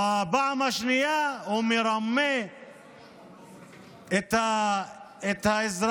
בפעם השנייה הוא מרמה את האזרחים